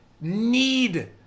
need